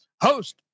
host